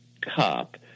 cop